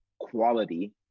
quality